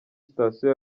sitasiyo